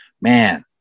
Man